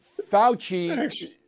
Fauci